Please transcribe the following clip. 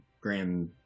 grand